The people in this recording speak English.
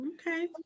okay